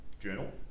journal